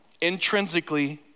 Intrinsically